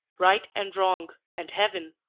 right and wrong, and heaven,